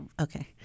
okay